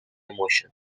emotion